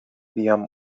بیام